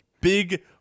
big